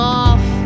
off